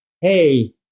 Hey